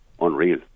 unreal